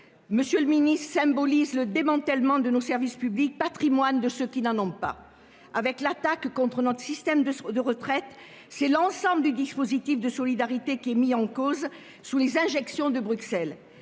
Monsieur le Ministre symbolise le démantèlement de nos services publics Patrimoine de ceux qui n'en ont pas avec l'attaque contre notre système de, de retraite, c'est l'ensemble du dispositif de solidarité qui est mis en cause sous les injections de Bruxelles